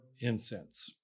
incense